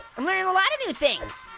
i'm learning a lot of new things!